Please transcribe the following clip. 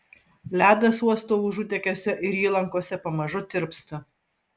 ledas uosto užutekiuose ir įlankose pamažu tirpsta